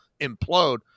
implode